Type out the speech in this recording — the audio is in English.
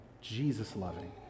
Jesus-loving